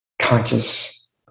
conscious